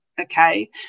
okay